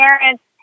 parents